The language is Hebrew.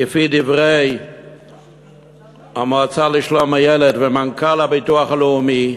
כדברי המועצה לשלום הילד ומנכ"ל הביטוח הלאומי,